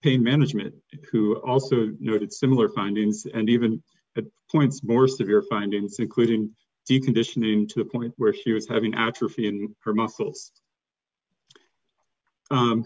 pain management who also noted similar findings and even at points more severe findings including deconditioning to a point where she was having atrophy in her muscles